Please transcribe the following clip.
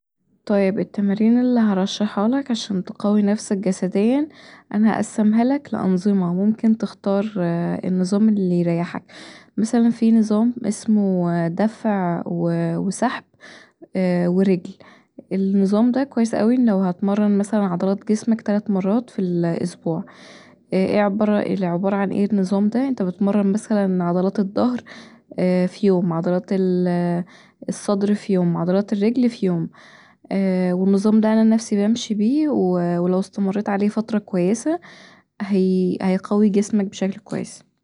طيب التمارين اللي هرشحهالك عشان تقوي نفسك جسديا انا هقسمهالك لأنظمة ممكن تختار النظام اللي يريحك، مثلا بيه نظام اسمه دفع وسحب ورجل النظام دا كويس اوي لو مثلا هتمرن مثلا عضلات جسمك تلات مرات في الإسبوع عبارة عن ايه النظام دا انت بتمرن مثلا عضلات الضهر في يوم عضلات الصدر في يوم عضلات الرجل في يوم والنظام دا انا نفسي بمشي بيه ولو استمريت عليه فتره كويسه هيقوي جسمك بشكل كويس